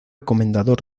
comendador